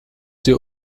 dir